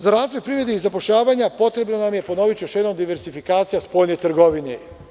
Za razvoj privrede i zapošljavanja potrebno nam je, ponoviću još jednom, diversifikacija spoljne trgovine.